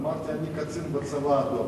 אמרתי: אני קצין בצבא האדום,